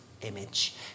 image